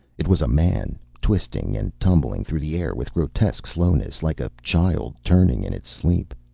it was a man, twisting and tumbling through the air with grotesque slowness, like a child turning in its sleep.